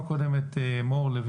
לפני כן אני רוצה לשמוע את מור לוין,